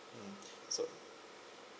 mm so